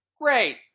great